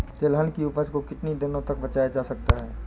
तिलहन की उपज को कितनी दिनों तक बचाया जा सकता है?